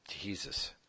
Jesus